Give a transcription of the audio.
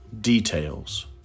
details